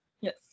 Yes